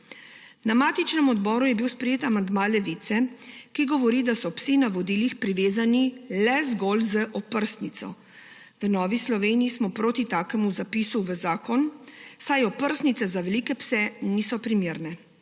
Na matičnem odboru je bil sprejet amandma Levice, ki govori, da so psi na vodilih privezani zgolj z oprsnico. V Novi Sloveniji smo proti takemu zapisu v zakon, saj oprsnice za velike pse niso primerne.